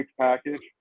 package